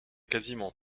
quasiment